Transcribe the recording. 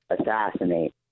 assassinate